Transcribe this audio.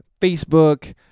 Facebook